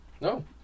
no